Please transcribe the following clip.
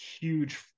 huge